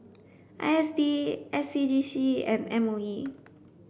I S D S C G C and M O E